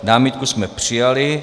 Námitku jsme přijali.